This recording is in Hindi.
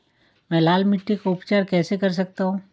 मैं लाल मिट्टी का उपचार कैसे कर सकता हूँ?